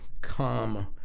come